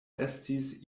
estis